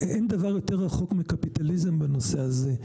אין דבר יותר רחוק מקפיטליזם בנושא הזה.